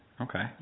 Okay